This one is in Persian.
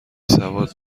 سواد